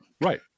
Right